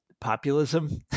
populism